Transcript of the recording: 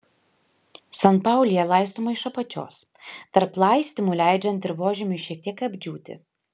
sanpaulija laistoma iš apačios tarp laistymų leidžiant dirvožemiui šiek tiek apdžiūti